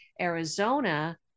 Arizona